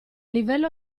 livello